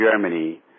Germany